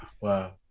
Wow